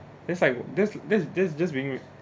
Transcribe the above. that's like that's that's that's just being